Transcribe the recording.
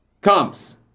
comes